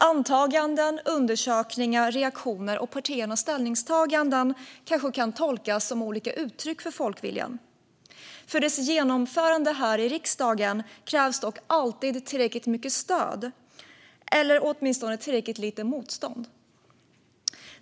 Antaganden, undersökningar, reaktioner och partiernas ställningstaganden kanske kan tolkas som olika uttryck för folkviljan. För dess genomförande här i riksdagen krävs dock alltid tillräckligt mycket stöd eller åtminstone tillräckligt lite motstånd.